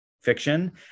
fiction